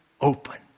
open